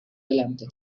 delante